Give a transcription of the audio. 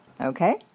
Okay